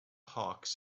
hawks